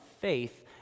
faith